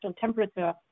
temperature